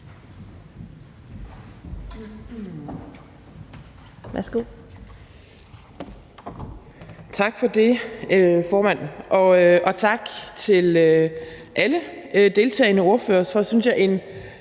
Tak for det, formand, og tak til alle deltagende ordførere for, synes jeg, en